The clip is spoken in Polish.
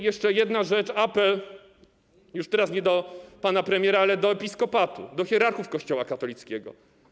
Jeszcze jedna rzecz, apel już teraz nie do pana premiera, ale do episkopatu, do hierarchów Kościoła katolickiego.